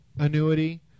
annuity